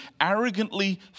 arrogantly